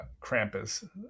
Krampus